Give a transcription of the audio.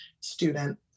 student